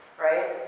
right